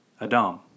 Adam